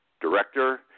director